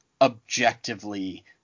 objectively